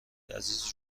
عزیز